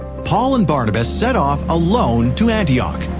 paul and barnabas set off alone to antioch.